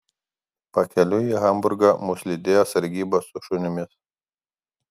pakeliui į hamburgą mus lydėjo sargyba su šunimis